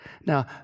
Now